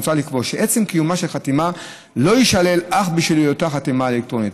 מוצע לקבוע שעצם קיומה של חתימה לא יישלל אך בשל היותה חתימה אלקטרונית,